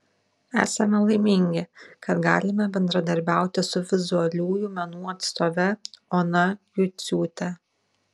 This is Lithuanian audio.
esame laimingi kad galime bendradarbiauti su vizualiųjų menų atstove ona juciūte